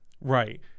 Right